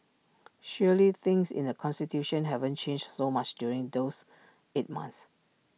surely things in the constituency haven't changed so much during those eight months